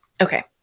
okay